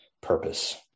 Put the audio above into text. purpose